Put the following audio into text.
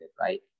right